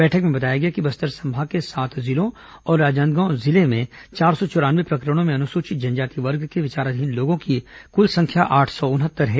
बैठक में बताया गया कि बस्तर संभाग के सात जिलों और राजनांदगांव जिले में चार सौ चौरानवे प्रकरणों में अनुसूचित जनजाति वर्ग के विचाराधीन लोगों की कुल संख्या आठ सौ उनहत्तर है